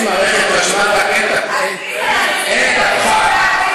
יש מערכת חשמל, רק אין את הפחת.